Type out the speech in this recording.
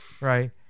Right